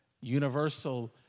universal